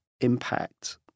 impact